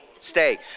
Stay